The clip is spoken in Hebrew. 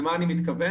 מה הכוונה שלי?